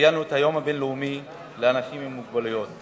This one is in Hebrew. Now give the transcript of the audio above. ציינו את היום הבין-לאומי לאנשים עם מוגבלויות